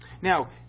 Now